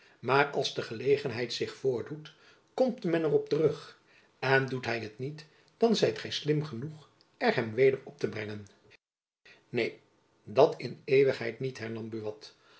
maar als de gelegenheid zich voordoet komt men er op terug en doet hy het niet dan zijt gy slim genoeg er hem weder op te brengen neen dat in eeuwigheid niet hernam buat